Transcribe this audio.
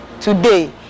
today